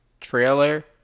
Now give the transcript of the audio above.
trailer